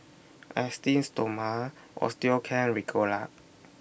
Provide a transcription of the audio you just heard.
Esteem Stoma Osteocare Ricola